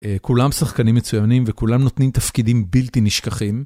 כולם שחקנים מצוינים וכולם נותנים תפקידים בלתי נשכחים.